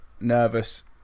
Nervous